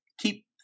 keep